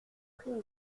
prise